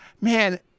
man